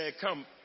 come